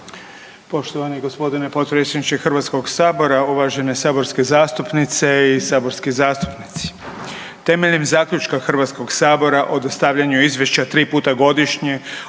Poštovani g. potpredsjedniče HS, uvažene saborske zastupnice i saborski zastupnici. Temeljem zaključka HS o stavljanju izvješća tri puta godišnje